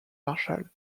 marchal